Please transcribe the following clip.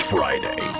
Friday